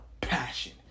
passion